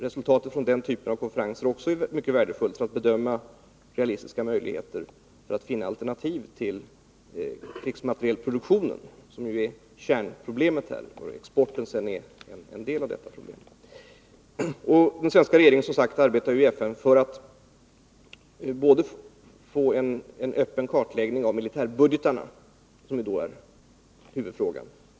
Resultaten från den typen av konferens är också mycket värdefulla för att bedöma realistiska möjligheter att finna alternativ till krigsmaterielproduktion. Detta är ju kärnproblemet, och exporten är bara en del av detta problem. Den svenska regeringen arbetar som sagt i FN för att få en öppen kartläggning av militärbudgetarna, som då är huvudfrågan.